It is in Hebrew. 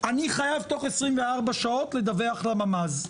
אני חייב תוך 24 שעות לדווח למפקד המחוז,